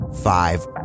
five